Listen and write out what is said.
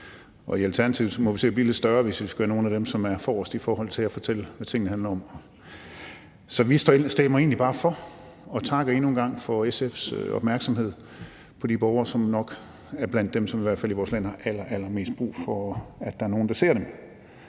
I Alternativet må vi se at blive lidt større, hvis vi skal være nogle af dem, som er forrest i forhold til at fortælle, hvad tingene handler om. Så vi stemmer egentlig bare for og takker endnu en gang for SF's opmærksomhed på de borgere, som nok er blandt dem i vores land, som har allermest brug for, at der er nogen, der ser dem.